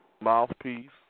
Mouthpiece